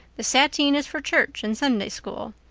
the sateen is for church and sunday school.